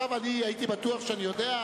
אני הייתי בטוח שאני יודע?